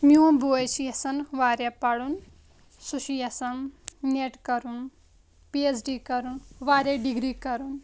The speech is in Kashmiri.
میوٚن بوے چھُ یِژھان واریاہ پَرُن سُہ چھُ یِژھان نیٹ کرُن پی ایچ ڈی کرُن واریاہ ڈِگری کَرُن